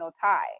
tie